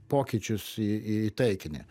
pokyčius į į taikinį